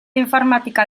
informatika